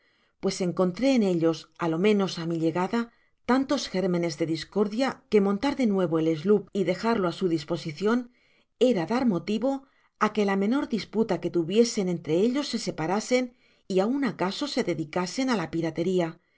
pues encontré en ellos á lo menos á mi llegada tantos gérmenes de discordia que montar de nuevo el sloop y dejarlo á su disposicion era dar motivo que a ta menor disputa que tuviesen entre ellos se separasen y aun acaso se dedicasen á la pirateria